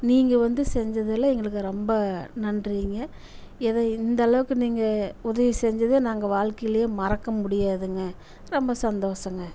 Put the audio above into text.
நீங்கள் வந்து செஞ்சதில் எங்களுக்கு ரொம்ப நன்றிங்க ஏதோ இந்த அளவுக்கு நீங்கள் உதவி செஞ்சது நாங்கள் வாழ்க்கையில் மறக்க முடியாதுங்க ரொம்ப சந்தோஷங்க